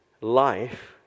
life